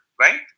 Right